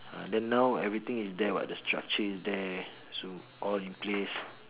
ah then now everything is there [what] the structure is there so all in place